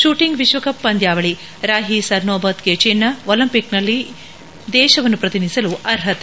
shooting ವಿಶ್ವಕಪ್ ಪಂದ್ಯಾವಳಿ ರಾಹಿ ಸರ್ನೋಬತ್ಗೆ ಚಿನ್ನ ಒಲಿಂಪಿಕ್ನಲ್ಲಿ ಹ ದೇಶವನ್ನು ಪ್ರತಿನಿಧಿಸಲು ಅರ್ಹತೆ